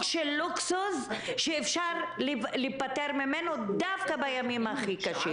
של לוקסוס שאפשר להיפטר ממנו דווקא בימים הכי קשים,